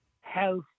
health